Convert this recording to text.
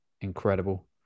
Incredible